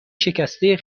شکسته